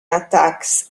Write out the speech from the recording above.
attacks